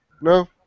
No